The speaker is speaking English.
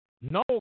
no